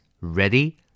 Ready